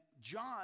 John